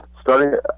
starting